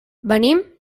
venim